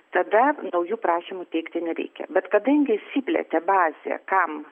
tada naujų prašymų teikti nereikia bet kadangi išsiplėtė bazė kam